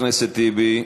חבר הכנסת טיבי,